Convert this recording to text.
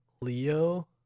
Leo